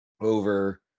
over –